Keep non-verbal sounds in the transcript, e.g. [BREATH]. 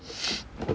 [BREATH]